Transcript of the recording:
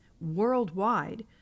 worldwide